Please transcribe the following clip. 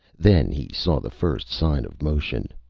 then he saw the first sign of motion.